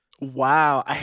Wow